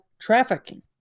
trafficking